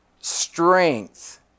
Strength